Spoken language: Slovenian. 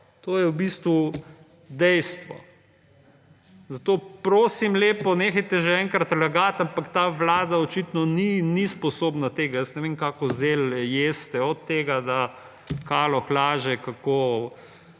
To je v bistvu dejstvo. Zato prosim lepo, nehajte že enkrat lagati, ampak ta vlada očitno ni sposobna tega. Jaz ne vem, kako zelje jeste. Od tega, da Kaloh laže, kako